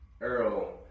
Earl